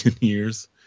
years